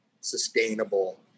sustainable